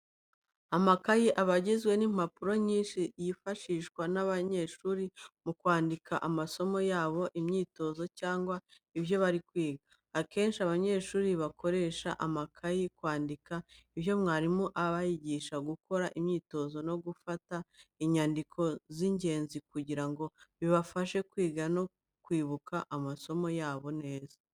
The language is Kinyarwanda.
Amakayi aba agizwe n'impapuro nyinshi, yifashishwa n'abanyeshuri mu kwandika amasomo yabo, imyitozo, cyangwa ibyo bari kwiga. Akenshi abanyeshuri bakoresha amakayi kwandika ibyo mwarimu abigisha, gukora imyitozo, no gufata inyandiko z'ingenzi kugira ngo bibafashe kwiga no kwibuka amasomo yabo neza.